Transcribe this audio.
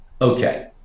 Okay